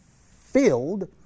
filled